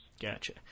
Gotcha